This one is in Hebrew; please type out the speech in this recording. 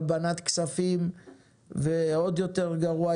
הלבנת כספים ועוד יותר גרוע,